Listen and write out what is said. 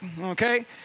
okay